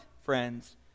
friends